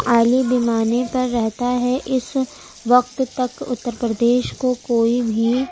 اعلیٰ پیمانے پر رہتا ہے اس وقت تک اتّر پردیش کو کوئی بھی